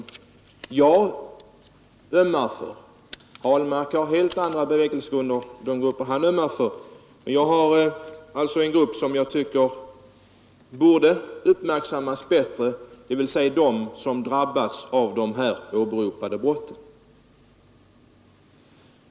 Herr Ahlmark har helt andra bevekelsegrunder för de grupper han ömmar för; jag har en grupp som jag tycker borde uppmärksammas bättre, dvs. de människor som har drabbats av brotten.